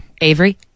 Avery